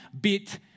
bit